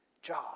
job